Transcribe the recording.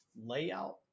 layout